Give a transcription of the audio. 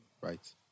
right